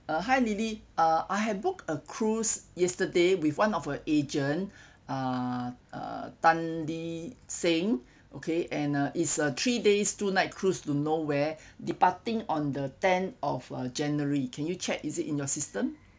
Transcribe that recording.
a hi lily uh I had booked a cruise yesterday with one of a agent uh uh Tan Lee Seng okay and uh is a three days two night cruises to no where departing on the tenth of uh january can you check is it in your system